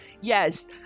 Yes